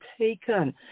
taken